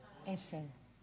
עשר.